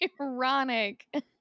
ironic